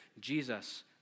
Jesus